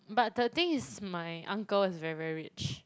but the thing is my uncle is very very rich